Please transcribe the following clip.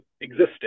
existed